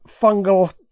fungal